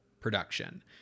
production